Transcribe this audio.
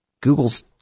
Google's